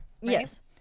Yes